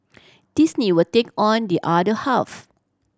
Disney will take on the other half